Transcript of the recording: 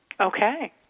Okay